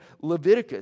Leviticus